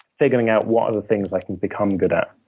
figuring out what other things i can become good at.